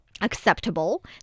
acceptable